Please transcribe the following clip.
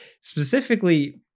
specifically